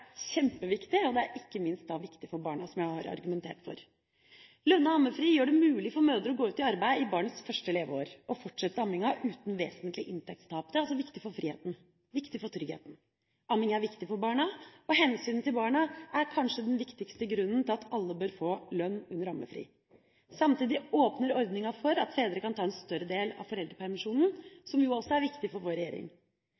kjempeviktig, ikke minst for barna, slik jeg har argumentert for. Lønnet ammefri gjør det mulig for mødre å gå ut i arbeid i barnets første leveår og fortsette amminga uten vesentlig inntektstap. Det er altså viktig for friheten, viktig for tryggheten. Amming er viktig for barna, og hensynet til barna er kanskje den viktigste grunnen til at alle bør få lønn under ammefri. Samtidig åpner ordninga for at fedre kan ta en større del av